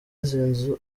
zanzibar